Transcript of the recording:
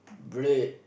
bread